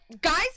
guys